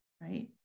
right